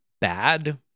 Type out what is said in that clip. bad